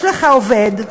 יש לך עובד,